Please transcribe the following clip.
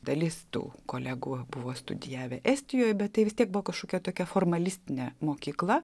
dalis tų kolegų buvo studijavę estijoj bet tai vis tiek buvo kažkokia tokia formalistine mokykla